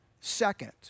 second